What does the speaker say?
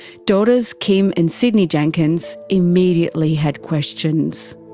daughters kim and cidney jenkins immediately had questions.